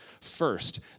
first